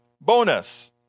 bonus